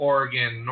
Oregon